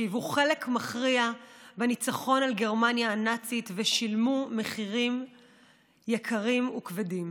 שהיו חלק מכריע בניצחון על גרמניה הנאצית ושילמו מחירים יקרים וכבדים.